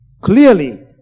Clearly